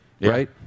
Right